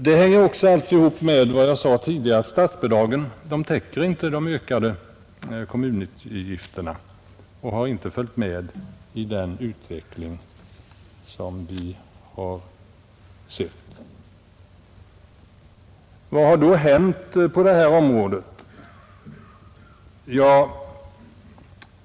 Det hör alltså ihop med vad jag sade tidigare: statsbidragen har inte följt med i utvecklingen och täcker inte de ökade kommunutgifterna. Vad har då hänt på det här området?